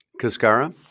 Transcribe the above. Cascara